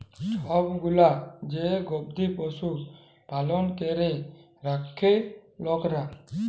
ছব গুলা যে গবাদি পশু পালল ক্যরে রাখ্যে লকরা